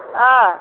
অ'